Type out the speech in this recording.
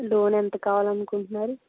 loan ఎంత కావాలి అనుకుంటున్నారు